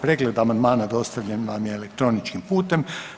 Pregled amandmana dostavljen vam je elektroničkim putem.